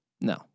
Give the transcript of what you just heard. No